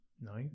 No